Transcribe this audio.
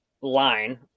line